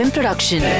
Production